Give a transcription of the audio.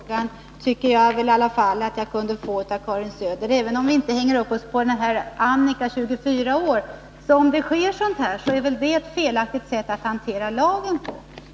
Fru talman! Jag tycker att någon åsikt i den här frågan kunde väl Karin Söder i alla fall ge uttryck för. Vi behöver ju inte hänga upp oss på den 24-åriga Annika. Men om sådant här sker är väl det ett felaktigt sätt att hantera lagen på?